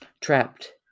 Trapped